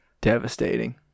Devastating